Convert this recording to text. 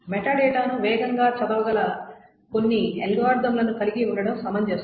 మెటాడేటాను వేగంగా చదవగల కొన్ని అల్గారిథమ్లను కలిగి ఉండటం సమంజసం